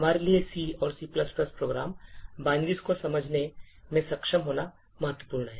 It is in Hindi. हमारे लिए C और C प्रोग्राम binaries को समझने में सक्षम होना महत्वपूर्ण है